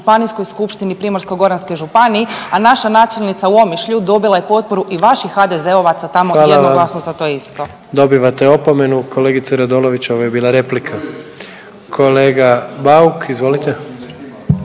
vam. Dobivate opomenu, kolegice Radolović, ovo je bila replika. Kolega Bauk, izvolite.